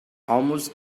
almost